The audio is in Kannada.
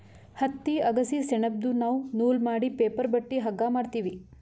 ಹತ್ತಿ ಅಗಸಿ ಸೆಣಬ್ದು ನಾವ್ ನೂಲ್ ಮಾಡಿ ಪೇಪರ್ ಬಟ್ಟಿ ಹಗ್ಗಾ ಮಾಡ್ತೀವಿ